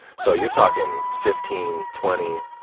so you're talking fifteen, twenty,